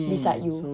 is like you